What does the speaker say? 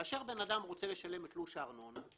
כאשר אדם רוצה לשלם את תלוש הארנונה,